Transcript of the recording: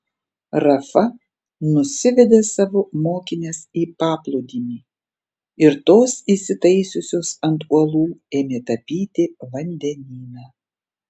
rafa nusivedė savo mokines į paplūdimį ir tos įsitaisiusios ant uolų ėmė tapyti vandenyną